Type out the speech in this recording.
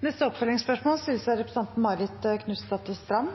Det blir oppfølgingsspørsmål – først Marit Knutsdatter Strand.